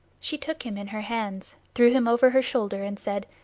she took him in her hands, threw him over her shoulder, and said,